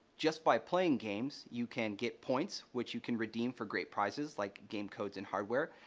just by playing games, you can get points which you can redeem for great prizes like game codes and hardware.